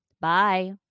Bye